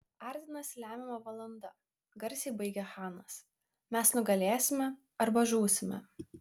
artinasi lemiama valanda garsiai baigė chanas mes nugalėsime arba žūsime